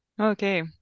Okay